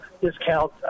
discount